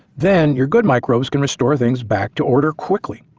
then your good microbes can restore things back to order quickly,